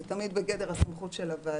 זה תמיד בגדר הסמכות של הוועדה.